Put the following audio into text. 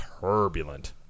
turbulent